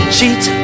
Cheat